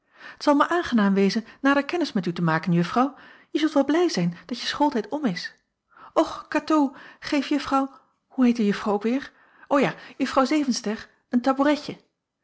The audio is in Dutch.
zal mij aangenaam wezen nader kennis met u te maken juffrouw je zult wel blij zijn dat je schooltijd om is och katoo geef juffrouw hoe heet de juffrouw ook weêr o ja juffrouw zevenster een